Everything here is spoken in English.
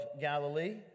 Galilee